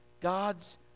God's